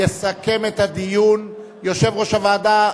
יסכם את הדיון יושב-ראש הוועדה,